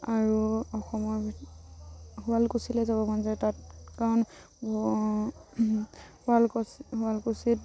আৰু অসমৰ ভি শুৱালকুচিলৈ যাব মন যায় তাত কাৰণ স শুৱালকুছি শুৱালকুছিত